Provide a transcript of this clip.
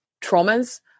traumas